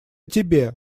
тебе